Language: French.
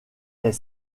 est